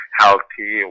healthy